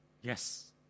Yes